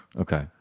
Okay